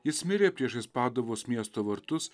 jis mirė priešais paduvos miesto vartus